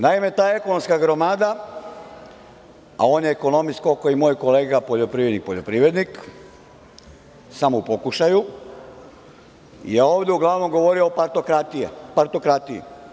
Naime, ta ekonomska gromada, a on je ekonomista koliko i moj kolega poljoprivrednik – poljoprivrednik, samo u pokušaju, je ovde uglavnom govorio o partokratiji.